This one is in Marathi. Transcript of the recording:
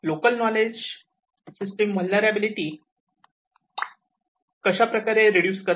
लोकल नॉलेज सिस्टम व्हेलनेराबीलिटी कशाप्रकारे रेडूस करते